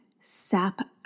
sap